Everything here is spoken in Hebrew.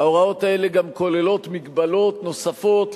ההוראות האלה גם כוללות מגבלות נוספות,